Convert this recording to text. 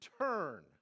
turn